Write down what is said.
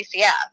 DCF